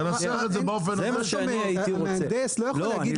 אז ננסח את זה באופן הזה --- המהנדס לא יכול להגיד לך --- לא,